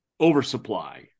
oversupply